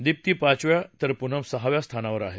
दिप्ती पाचव्या तर पुनम सहाव्या स्थानावर आहे